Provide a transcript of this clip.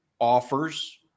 offers